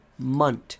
Munt